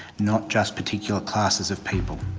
not just particular classes of people.